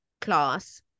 class